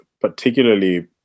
particularly